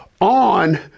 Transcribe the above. on